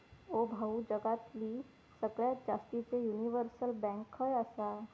ओ भाऊ, जगातली सगळ्यात जास्तीचे युनिव्हर्सल बँक खय आसा